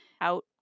out